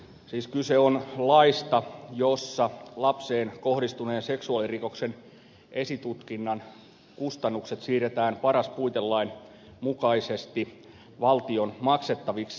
siis kyse on laista jossa lapseen kohdistuneen seksuaalirikoksen esitutkinnan kustannukset siirretään paras puitelain mukaisesti valtion maksettaviksi